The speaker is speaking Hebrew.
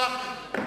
מיועדים,